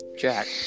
Jack